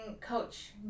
Coach